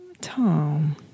Tom